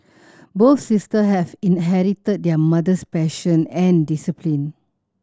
both sister have inherited their mother's passion and discipline